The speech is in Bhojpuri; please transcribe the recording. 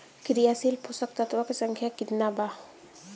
क्रियाशील पोषक तत्व के संख्या कितना बा?